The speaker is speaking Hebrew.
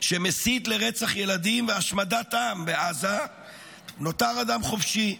שמסית לרצח ילדים ולהשמדת עם בעזה נותר אדם חופשי.